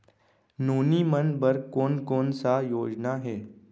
नोनी मन बर कोन कोन स योजना हे?